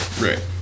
right